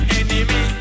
enemy